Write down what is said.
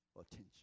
attention